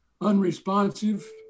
unresponsive